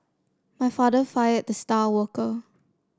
my father fired the star worker